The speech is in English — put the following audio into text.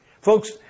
Folks